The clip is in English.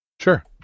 Sure